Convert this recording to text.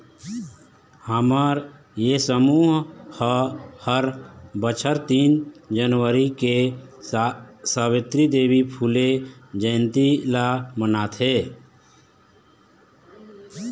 हमर ये समूह ह हर बछर तीन जनवरी के सवित्री देवी फूले जंयती ल मनाथे